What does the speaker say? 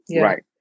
Right